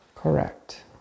Correct